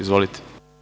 Izvolite.